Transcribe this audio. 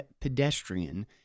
pedestrian